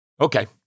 Okay